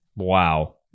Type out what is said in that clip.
Wow